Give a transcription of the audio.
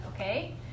Okay